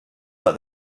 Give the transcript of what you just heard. but